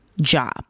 job